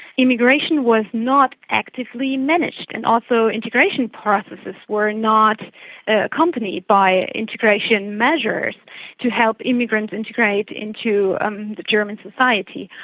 immigration was not actively managed, and also integration processes were not accompanied by integration measures to help immigrants integrate into german society.